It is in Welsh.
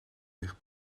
eich